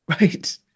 right